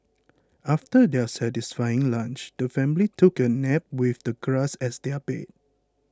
after their satisfying lunch the family took a nap with the grass as their bed